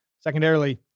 Secondarily